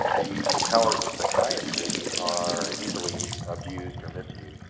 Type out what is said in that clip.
the powers of psychiatry are easily abused or misused.